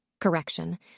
Correction